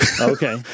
Okay